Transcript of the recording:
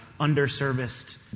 underserviced